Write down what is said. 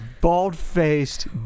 bald-faced